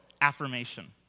affirmation